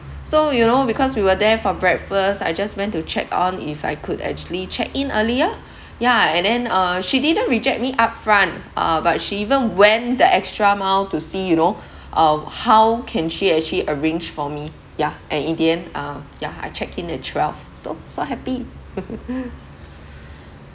so you know because we were there for breakfast I just went to check on if I could actually check in earlier yeah and then uh she didn't reject me upfront uh but she even went the extra mile to see you know uh how can she actually arrange for me yeah and in the end uh yeah I checked in at twelve so so happy